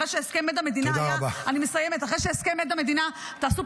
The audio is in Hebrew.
אחרי שהסכם עד המדינה שהיה אסור בצו איסור פרסום,